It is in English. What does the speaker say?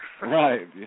Right